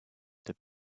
that